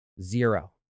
zero